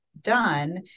done